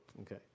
Okay